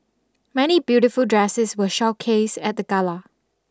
many beautiful dresses were showcased at the gala